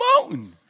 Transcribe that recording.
mountain